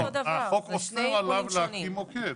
לא, החוק אוסר עליו להקים מוקד.